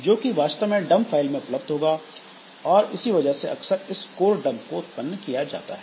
जो कि वास्तव में डंप फाइल में उपलब्ध होगा और इसी वजह से अक्सर इस कोर डम्प को उत्पन्न किया जाता है